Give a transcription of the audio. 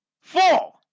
four